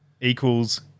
equals